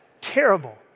Terrible